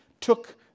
took